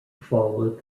followed